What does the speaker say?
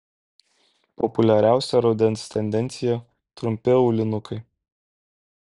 populiariausia rudens tendencija trumpi aulinukai